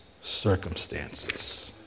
circumstances